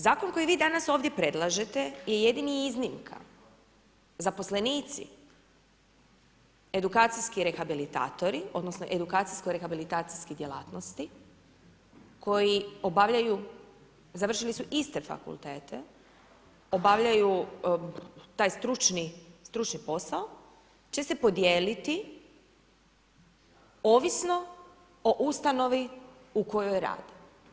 Zakon koji vi danas ovdje predlažete je jedina iznimka, zaposlenici, edukacijski rehabilitatori, odnosno, edukacijsko rehabilitacijske djelatnosti, koji obavljaju završili su iste fakultete obavljaju taj stručni posao, će se podijeliti ovisno o ustanovi u kojoj rade.